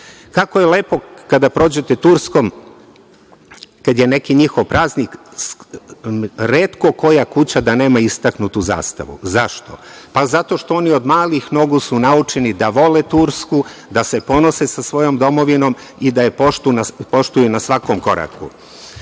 je lepo kada prođete Turskom kada je neki njihov praznik, retko koja kuća da nema istaknutu zastavu. Zašto? Pa zato što su oni od malih nogu naučeni da vode Tursku, da se ponose svojom domovinom i da je poštuju na svakom koraku.E